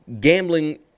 gambling